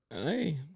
Hey